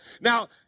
Now